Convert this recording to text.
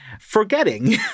forgetting